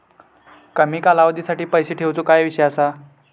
कमी कालावधीसाठी पैसे ठेऊचो काय विषय असा?